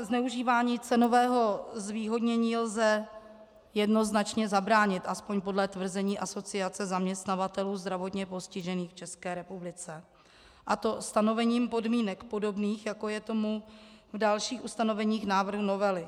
Zneužívání cenového zvýhodnění lze jednoznačně zabránit, aspoň podle tvrzení Asociace zaměstnavatelů zdravotně postižených v České republice, a to stanovením podmínek podobných, jako je tomu v dalších ustanoveních návrhu novely.